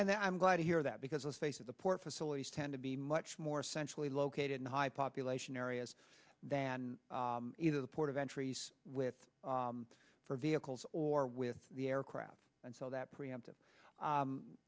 and i'm glad to hear that because let's face it the port facilities tend to be much more centrally located in high population areas than either the port of entries with for vehicles or with the aircraft and so that preempt